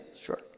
sure